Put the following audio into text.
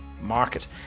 market